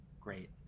Great